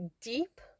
deep